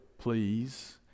please